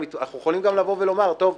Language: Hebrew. אנחנו יכולים גם לומר: טוב,